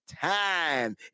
time